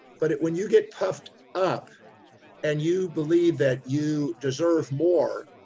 but when you get puffed up and you believe that you deserve more,